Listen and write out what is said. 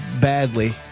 badly